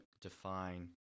define